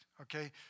okay